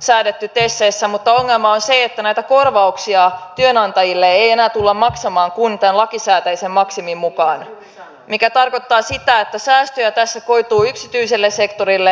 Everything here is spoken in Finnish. säädetty teseissä mutta ongelma on se että näitä korvauksia työnantajille ei enää tulla maksamaan kuin tämän lakisääteisen maksimin mukaan mikä tarkoittaa sitä että säästöjä tässä koituu yksityiselle sektorille ei julkiselle